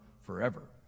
forever